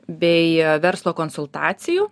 bei verslo konsultacijų